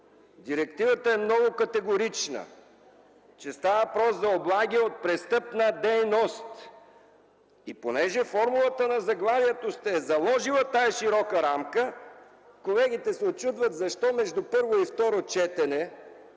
Директивата е много категорична, че става въпрос за облаги от престъпна дейност! И понеже във формулата на заглавието сте заложили тази широка рамка, колегите се учудват защо между първо и второ четене